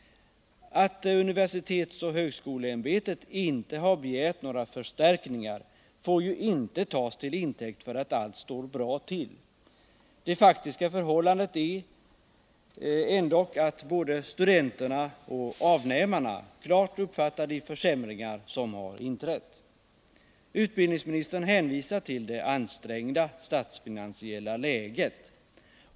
Att universitetsoch högskoleämbetet inte har begärt några förstärkningar får ju inte tas till intäkt för att allt står bra till. Det faktiska förhållandet är dock att både studenterna och avnämarna klart uppfattar de försämringar som har inträtt. Utbildningsministern hänvisar till det ansträngda statsfinan siella läget.